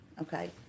okay